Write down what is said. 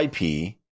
IP